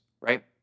right